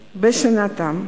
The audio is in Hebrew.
בשנתם.